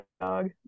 dog